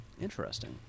interesting